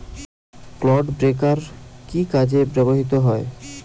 Clod breaker কি কাজে ব্যবহৃত হয়?